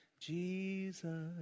Jesus